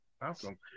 awesome